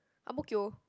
Ang-Mo-Kio